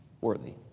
worthy